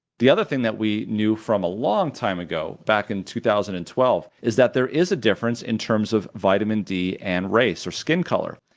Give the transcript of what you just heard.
the other thing that we knew from a long time ago back in two thousand and twelve is that there is a difference in terms of vitamin d and race or skin color.